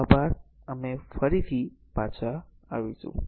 ખૂબ ખૂબ આભાર અમે ફરી પાછા આવીશું